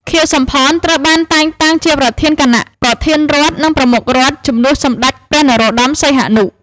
ខៀវ សំផន ត្រូវបានតែងតាំងជាប្រធានគណៈប្រធានរដ្ឋ ឬ ប្រមុខរដ្ឋ ជំនួសសម្ដេចព្រះ នរោត្តម សីហនុ។